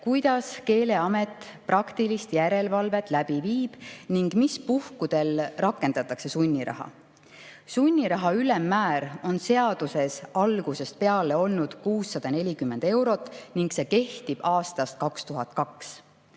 kuidas Keeleamet praktilist järelevalvet läbi viib ning mis puhkudel rakendatakse sunniraha. Sunniraha ülemmäär on seaduses algusest peale olnud 640 eurot ning see kehtib aastast 2002.